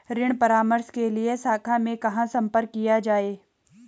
ऋण परामर्श के लिए शाखा में कहाँ संपर्क किया जाए?